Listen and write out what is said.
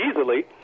easily